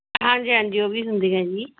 ਹਾਂਜੀ ਹਾਂਜੀ ਉਹ ਵੀ ਹੁੰਦੀਆਂ ਜੀ